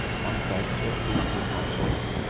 my friends were pleased with my choice.